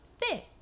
fit